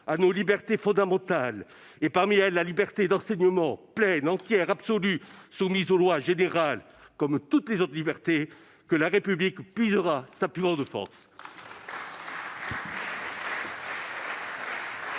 à nos libertés fondamentales et, parmi elles, à la liberté d'enseignement « pleine, entière, absolue, soumise aux lois générales comme toutes les autres libertés », que la République puisera sa plus haute force.